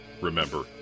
Remember